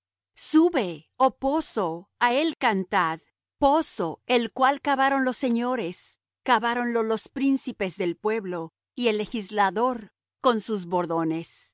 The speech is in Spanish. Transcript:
sube oh pozo á él cantad pozo el cual cavaron los señores caváronlo los príncipes del pueblo y el legislador con sus bordones